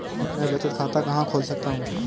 मैं बचत खाता कहां खोल सकता हूं?